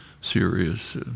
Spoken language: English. serious